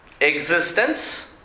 Existence